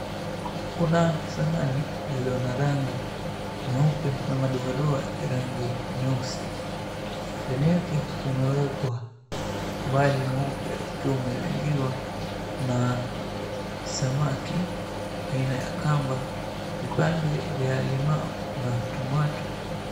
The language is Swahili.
Kuna sahani lililo na rangi nyeupe na madoadoa ya rangi nyeusi. Ndani yake kumewekwa wali mweupe ukiwa umezingirwa na samaki aina ya kamba, vipande vya limau na tomato .